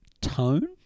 tone